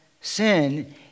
sin